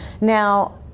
Now